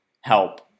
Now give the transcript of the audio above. help